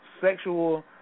sexual